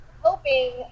hoping